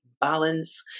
balance